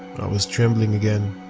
i was trembling again.